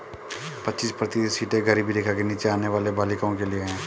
पच्चीस प्रतिशत सीटें गरीबी रेखा के नीचे आने वाली बालिकाओं के लिए है